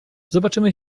zobaczymy